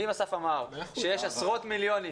ואם אסף אמר שיש עשרות מיליונים,